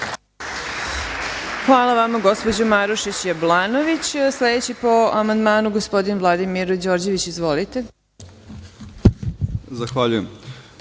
Hvala vama, gospođo Marušić Jablanović. Sledeći po amandmanu je gospodin Vladimir Đorđević. Izvolite. **Vladimir